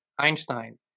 Einstein